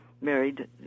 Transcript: married